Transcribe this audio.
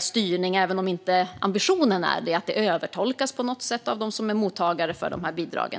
styrning även om ambitionen inte är sådan. Kanske övertolkas det hela av dem som är mottagare av bidragen.